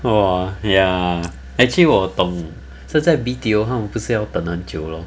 !wah! ya actually 我懂现在 B_T_O 他们不是要等蛮久 lor